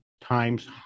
times